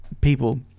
people